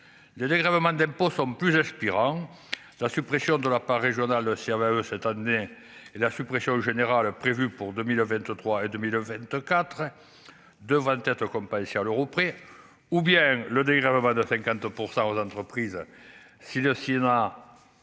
de dégrèvements d'impôts sont plus aspirant sa suppression de la part régionale aussi eux cette année et la suppression générale prévue pour 2023 et 2024 de 24 comme ici à l'euro près ou bien le dégrèvement de 50 % aux entreprises si le si